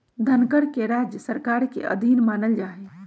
धनकर के राज्य सरकार के अधीन मानल जा हई